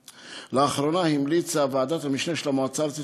לאחרונה המליצה ועדת המשנה של המועצה הארצית